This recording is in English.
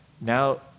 Now